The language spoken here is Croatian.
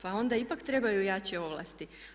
Pa onda ipak trebaju jače ovlasti.